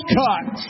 cut